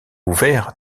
ouvert